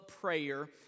prayer